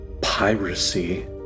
piracy